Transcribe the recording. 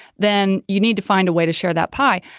then you need to find a way to share that pie.